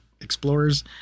explorers